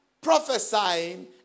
prophesying